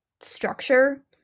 structure